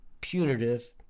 punitive